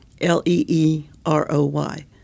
l-e-e-r-o-y